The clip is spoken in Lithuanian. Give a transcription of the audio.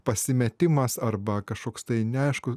pasimetimas arba kažkoks tai neaišku